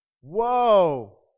Whoa